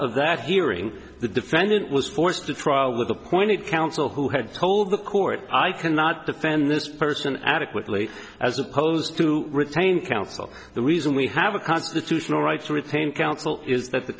of that hearing the defendant was forced to trial with appointed counsel who had told the court i cannot defend this person adequately as opposed to retain counsel the reason we have a constitutional right to retain counsel is that the